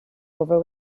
over